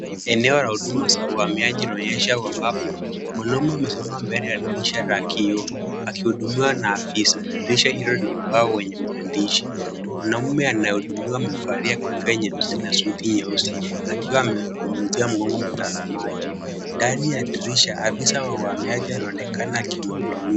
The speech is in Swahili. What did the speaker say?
Eneo la huduma za uhamiaji linaonyeshwa ambapo mwanaume amesimama mbele ya dirisha la kioo akihudumiwa na afisa. Dirisha hilo lina ubao wenye maandishi. Mwanaume anahudumiwa amevalia kofia nyeusi na suti nyeusi akiwa amemwonyesha mgongo mtazamaji. Ndani ya dirisha afisa wa uhamiaji anaonekana akimhudumia.